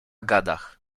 gadach